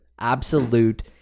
absolute